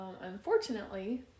unfortunately